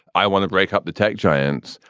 i want to break up the tech giants?